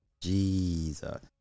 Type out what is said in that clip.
Jesus